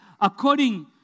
according